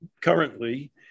currently